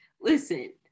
listen